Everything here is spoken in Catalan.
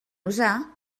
usar